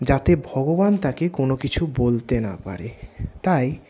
যাতে ভগবান তাকে কোনও কিছু বলতে না পারে তাই